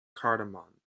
cardamom